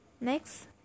Next